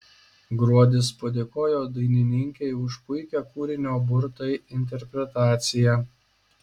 gruodis padėkojo dainininkei už puikią kūrinio burtai interpretaciją